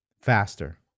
faster